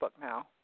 now